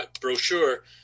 brochure